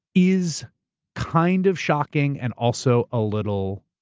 is kind of shocking. and also a little,